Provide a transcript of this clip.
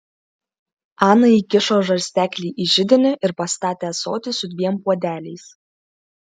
ana įkišo žarsteklį į židinį ir pastatė ąsotį su dviem puodeliais